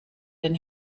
den